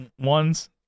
ones